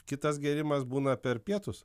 kitas gėrimas būna per pietus